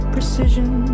precision